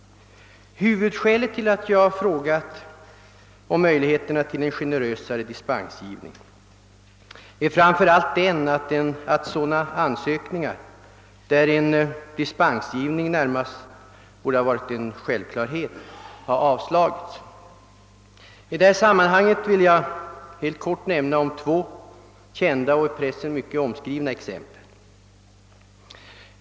Huvudskälet till att jag frågat om möjligheterna till en generösare dispensgivning är att sådana ansökningar, för vilka en dispensgivning närmast borde ha varit en självklarhet, har avslagits. I detta sammanhang vill jag helt kort omnämna två kända och i pressen mycket omskrivna exempel.